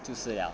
就是 liao